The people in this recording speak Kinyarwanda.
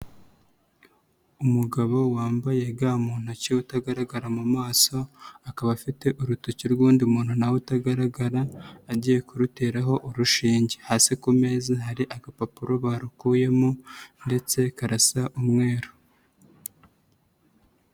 Umugabo wambaye ga mu ntoki, utagaragara mu maso akaba afite urutoki rw'undi muntu nawe utagaragara, agiye kuruteraho urushinge. Hasi ku meza hari agapapuro barukuyemo ndetse karasa umweru.